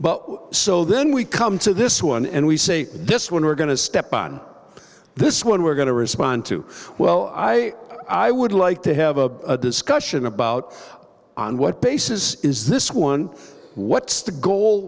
but so then we come to this one and we say this one we're going to step on this one we're going to respond to well i i would like to have a discussion about on what basis is this one what's the goal